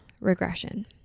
regression